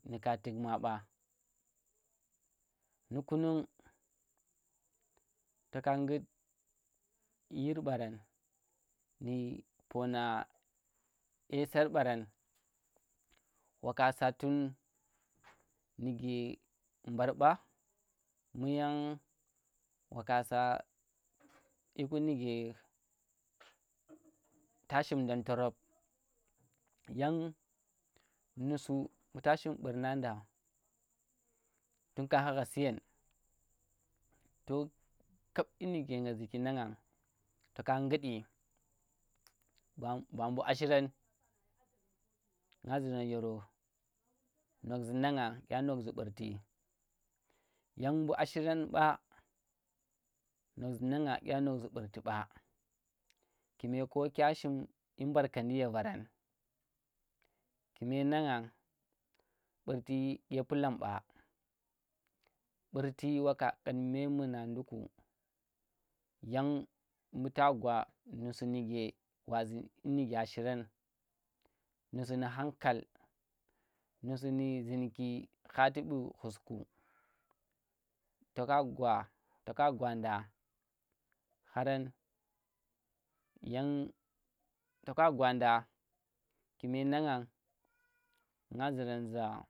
Ndi ka tik maɓa, nu kunung, toka ngut yir brang ndi pona asar barang, waka sa tun nike mbar ɓa muyan waka sa yiku nike tashin dan torab yan nusu imbuta shim burna da tun ka haghe siyen to kap yiku nang ziki nanang toka ngudi ba mbu a shirang nga zirang yoro nuzi nanga ya nozi burti yan mbu a shirang ɓa nozzhi nanang ya nozzhzi burti ɓa kume ko kya shim yi mbarkandi ye vara nada kume nangen burti ya dye pallam ɓa burti maka kaan memuna nduku yan mu ta gwa nusu nage wazi nge ya shiren nusu nu hankal nusu nu zinki hati bu ghusku toka gwa- toka gwanda hara yan toka gwanda kume nanag nga ziran za